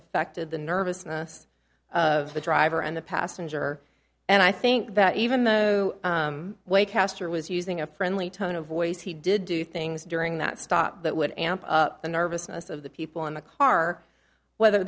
affected the nervousness of the driver and the passenger and i think that even the way caster was using a friendly tone of voice he did do things during that stop that would amp up the nervousness of the people in the car whether